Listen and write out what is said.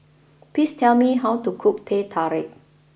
please tell me how to cook Teh Tarik